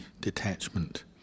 detachment